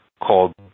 called